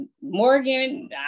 Morgan